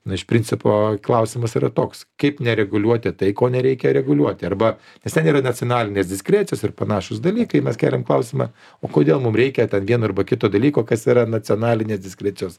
na iš principo klausimas yra toks kaip nereguliuoti tai ko nereikia reguliuoti arba nes ten yra nacionalinės diskrecijos ir panašūs dalykai mes keliam klausimą o kodėl mum reikia ten vieno arba kito dalyko kas yra nacionalinės diskrecijos